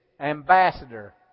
Ambassador